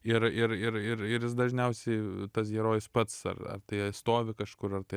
ir ir ir ir ir jis dažniausiai tas herojus pats ar ar tai stovi kažkur ar tai